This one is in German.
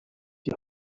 die